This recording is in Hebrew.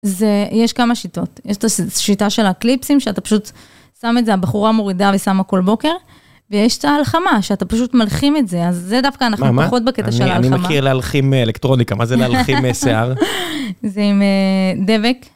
זה, יש כמה שיטות. יש את השיטה של הקליפסים, שאתה פשוט שם את זה, הבחורה מורידה ושמה כל בוקר, ויש את ההלחמה, שאתה פשוט מלחים את זה, אז זה דווקא אנחנו פחות בקטע של ההלחמה. אני מכיר להלחים אלקטרוניקה, מה זה להלחים שיער? זה עם דבק.